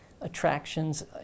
attractions